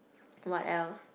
what else